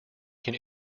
can